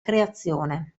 creazione